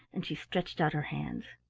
and she stretched out her hands.